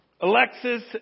Alexis